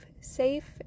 safe